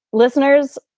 listeners,